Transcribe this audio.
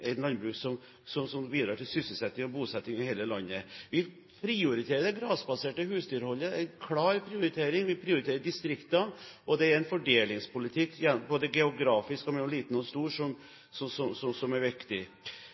landbruk som bidrar til sysselsetting og bosetting i hele landet. Vi prioriterer det grasbaserte husdyrholdet. Det er en klar prioritering. Vi prioriterer distriktene, og det er en fordelingspolitikk både geografisk og mellom liten og stor som er viktig. Så er